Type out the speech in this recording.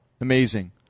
Amazing